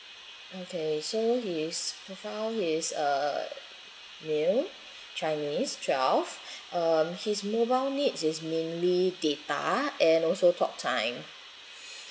okay so his profile is uh male chinese twelve um his mobile needs is mainly data and also talk time